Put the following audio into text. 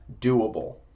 doable